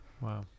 Wow